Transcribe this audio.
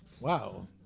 Wow